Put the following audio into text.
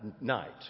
night